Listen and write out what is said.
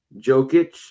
Jokic